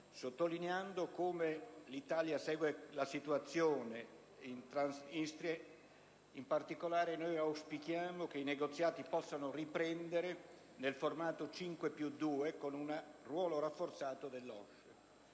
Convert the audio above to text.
sottolineando come l'Italia segua la situazione in Transnistria; in particolare noi auspichiamo che i negoziati possano riprendere nel formato 5+2, con un ruolo rafforzato dell'OSCE.